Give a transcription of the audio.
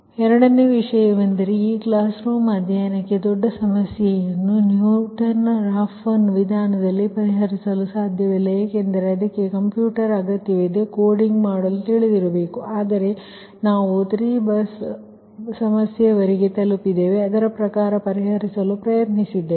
ಎರಡನೆಯ ವಿಷಯವೆಂದರೆ ಈ ಕ್ಲಾಸ್ ರೂಮ್ ಅಧ್ಯಯನಕ್ಕೆ ದೊಡ್ಡ ಸಮಸ್ಯೆಯನ್ನು ನ್ಯೂಟನ್ ರಾಫ್ಸನ್ ವಿಧಾನದಲ್ಲಿ ಪರಿಹಾರಿಸಲು ಸಾಧ್ಯವಿಲ್ಲ ಯಾಕೆಂದರೆ ಅದಕ್ಕೆ ಕಂಪ್ಯೂಟರ್ ಅಗತ್ಯವಿದೆ ಮತ್ತು ಕೋಡಿಂಗ್ ಮಾಡಲು ತಿಳಿದಿರಬೇಕು ಆದರೆ ನಾವು 3 ಬಸ್ ಸಮಸ್ಯೆಯವರೆಗೆ ತಲುಪಿದ್ದೇವೆ ಮತ್ತು ಅದರ ಪ್ರಕಾರ ಪರಿಹರಿಸಲು ಪ್ರಯತ್ನಿಸಿದ್ದೇವೆ